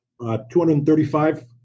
235